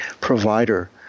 provider